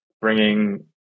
bringing